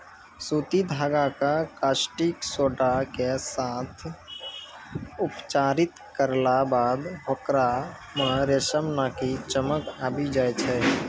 सूती धागा कॅ कास्टिक सोडा के साथॅ उपचारित करला बाद होकरा मॅ रेशम नाकी चमक आबी जाय छै